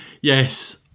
yes